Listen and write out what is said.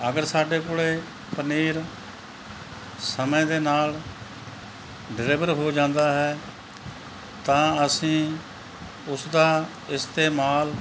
ਅਗਰ ਸਾਡੇ ਕੋਲੇ ਪਨੀਰ ਸਮੇਂ ਦੇ ਨਾਲ ਡਿਲੀਵਰ ਹੋ ਜਾਂਦਾ ਹੈ ਤਾਂ ਅਸੀਂ ਉਸਦਾ ਇਸਤੇਮਾਲ